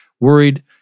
worried